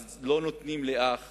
אז לא נותנים לאח